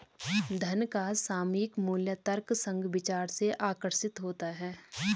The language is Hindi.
धन का सामयिक मूल्य तर्कसंग विचार से आकर्षित होता है